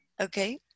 Okay